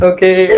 Okay